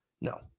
No